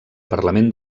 parlament